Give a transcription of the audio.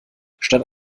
statt